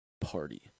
party